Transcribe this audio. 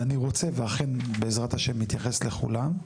ואני רוצה, ואכן בעזרת השם נתייחס לכולם,